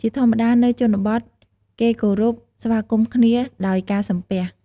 ជាធម្មតានៅជនបទ គេគោរព ស្វាគមន៍គ្នាដោយការសំពះ។